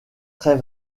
très